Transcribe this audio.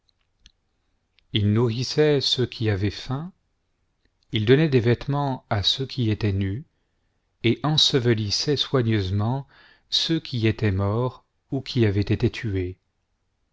il nourrissait ceux qui avaient faim il donnait des vêtements à ceux qui étaient nus et ensevelissait soigneusement ceux qui étaient morts ou qui avaient été tués